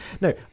no